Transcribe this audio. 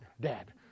Dad